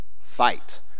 Fight